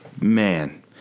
man